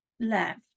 left